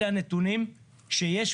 אלה הנתונים שיש,